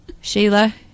Sheila